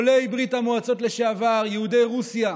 עולי ברית המועצות לשעבר, יהודי רוסיה,